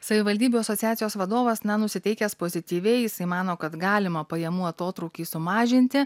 savivaldybių asociacijos vadovas na nusiteikęs pozityviai jisai mano kad galima pajamų atotrūkį sumažinti